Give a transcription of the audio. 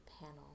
panel